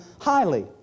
highly